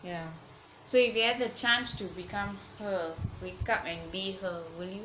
so if you had a chance to become her wake up and live her would you